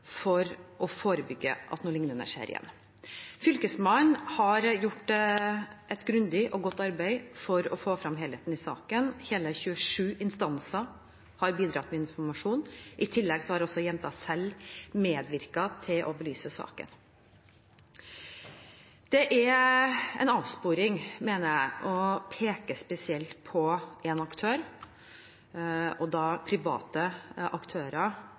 for å forebygge at noe lignende skjer igjen. Fylkesmannen har gjort et grundig og godt arbeid for å få frem helheten i saken. Hele 27 instanser har bidratt med informasjon. I tillegg har jenta selv medvirket til å belyse saken. Det er en avsporing, mener jeg, å peke på private aktører og